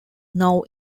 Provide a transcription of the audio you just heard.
now